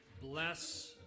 Bless